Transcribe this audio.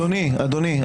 אדוני,